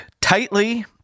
tightly